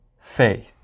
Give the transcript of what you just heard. faith